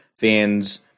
fans